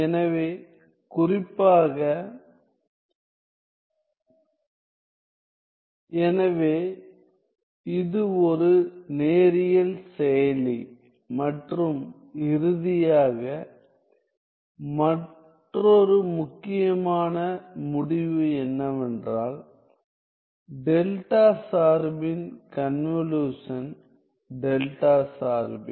எனவே குறிப்பாக எனவே இது ஒரு நேரியல் செயலி மற்றும் இறுதியாக மற்றொரு முக்கியமான முடிவு என்னவென்றால் டெல்டா சார்பின் கன்வலுஷன் டெல்டா சார்பே